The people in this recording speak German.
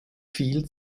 viel